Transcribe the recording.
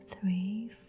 three